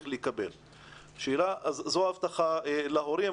זו הבטחה להורים.